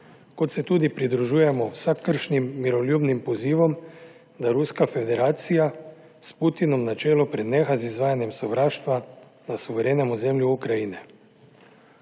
ter se tudi pridružujemo vsakršnim miroljubnim pozivom, da Ruska federacija s Putinom na čelu preneha z izvajanjem sovraštva na suverenem ozemlju Ukrajine.